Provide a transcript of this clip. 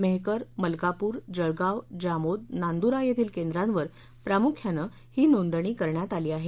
मेहकर मलकापूर जळगाव जामोद नांदुरा येथील केंद्रावर प्रामुख्याने ही नोंदणी करण्यात आली आहे